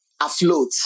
afloat